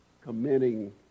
committing